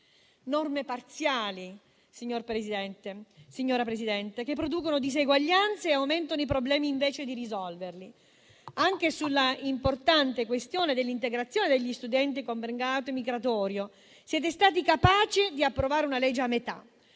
Norme parziali, signora Presidente, che producono diseguaglianze e aumentano i problemi invece di risolverli. Anche sulla importante questione dell'integrazione degli studenti con *background* migratorio siete stati capaci di approvare una legge a metà: